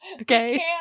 Okay